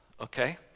okay